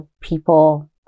people